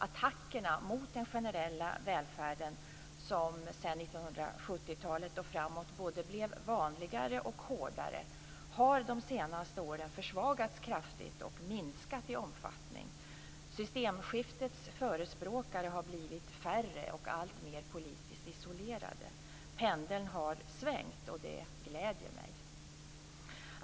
Attackerna mot den generella välfärden, som sedan 1970-talet och framåt både blev vanligare och hårdare, har de senaste åren försvagats kraftigt och minskat i omfattning. Systemskiftets förespråkare har blivit färre och alltmer politiskt isolerade. Pendeln har svängt, och det gläder mig.